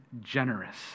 generous